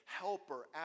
helper